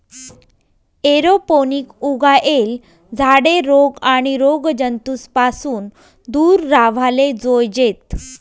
aeroponic उगायेल झाडे रोग आणि रोगजंतूस पासून दूर राव्हाले जोयजेत